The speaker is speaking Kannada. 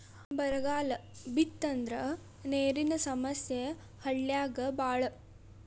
ಬರಗಾಲ ಬಿತ್ತಂದ್ರ ನೇರಿನ ಸಮಸ್ಯೆ ಹಳ್ಳ್ಯಾಗ ಬಾಳ